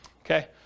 Okay